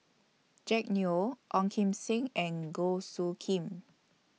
Jack Neo Ong Kim Seng and Goh Soo Khim